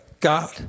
God